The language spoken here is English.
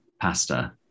pasta